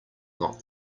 not